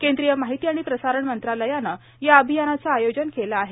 केंद्रीय माहिती आणि प्रसारण मंत्रालयानं या अभियानाचं आयोजन केलं आहे